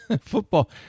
Football